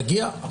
יגיע.